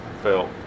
felt